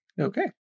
okay